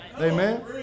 Amen